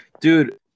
Dude